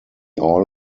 all